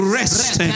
rest